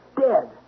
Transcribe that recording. Dead